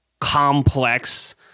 complex